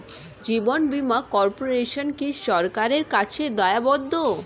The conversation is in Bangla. জীবন বীমা কর্পোরেশন কি সরকারের কাছে দায়বদ্ধ?